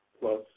plus